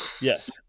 yes